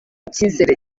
icyizere